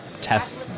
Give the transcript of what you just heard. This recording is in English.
tests